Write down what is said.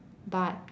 but